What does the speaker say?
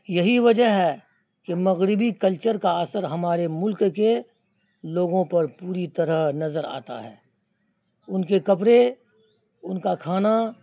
یہی وجہ ہے کہ مغربی کلچر کا اثر ہمارے ملک کے لوگوں پر پوری طرح نظر آتا ہے ان کے کپڑے ان کا کھانا